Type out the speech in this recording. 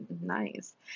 nice